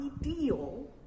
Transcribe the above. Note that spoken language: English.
ideal